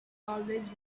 always